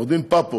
עורך דין פאפו,